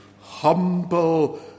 humble